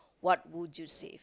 what would you save